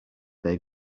they